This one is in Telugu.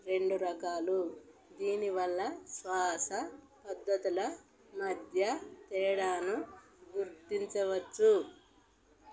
రెండు రకాలు దీని వల్ల శ్వాస పద్దతుల మధ్య తేడాను గుర్తించవచ్చు